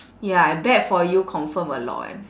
ya I bet for you confirm a lot [one]